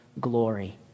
glory